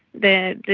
that